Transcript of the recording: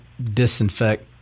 Disinfect